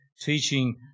teaching